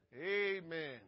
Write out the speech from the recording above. Amen